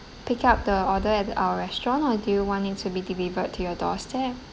pick up the order at our restaurant or do you want it to be delivered to your doorstep